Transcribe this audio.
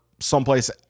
someplace